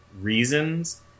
reasons